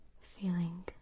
feeling